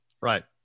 right